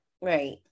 Right